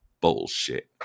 bullshit